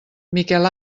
miquel